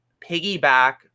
piggyback